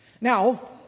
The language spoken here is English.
Now